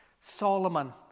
Solomon